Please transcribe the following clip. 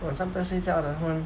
晚上不用睡觉的他们